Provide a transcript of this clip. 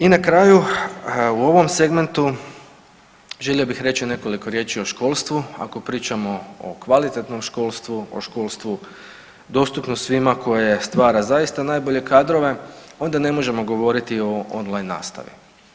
I na kraju u ovom segmentu želio bih reći nekoliko riječi o školstvu, ako pričamo o kvalitetnom školstvu, o školstvu dostupno svima koje stvara zaista najbolje kadrove onda ne možemo govoriti o on line nastavi.